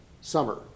summer